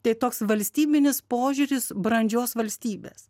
tai toks valstybinis požiūris brandžios valstybės